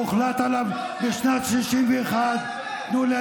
הוחלט עליו בשנת 1961. תנו לי,